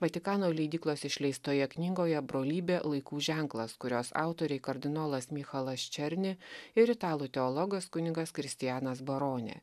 vatikano leidyklos išleistoje knygoje brolybė laikų ženklas kurios autoriai kardinolas michalas černi ir italų teologas kunigas kristianas barone